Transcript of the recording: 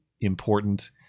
important